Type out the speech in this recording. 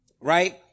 right